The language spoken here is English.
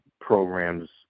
programs